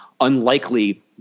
unlikely